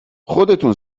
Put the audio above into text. خودتون